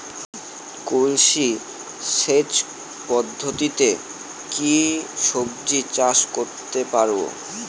কলসি সেচ পদ্ধতিতে কি সবজি চাষ করতে পারব?